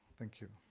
thank you.